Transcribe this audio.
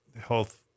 health